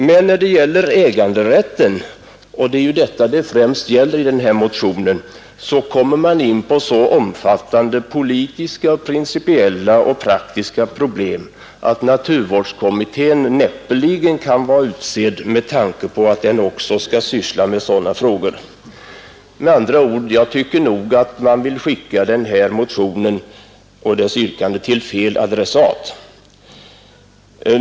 Men när det gäller äganderätten — och det är denna det främst handlar om i den här motionen — kommer man in på så omfattande politiska, principiella och praktiska problem att naturvårdskommittén näppeligen kan vara utsedd med tanke på att den också skall syssla med sådana frågor. Med andra ord tycker jag nog att motionärerna vill skicka den här frågan till fel adressat.